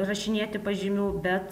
rašinėti pažymių bet